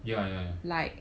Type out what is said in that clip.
ya ya ya